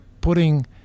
putting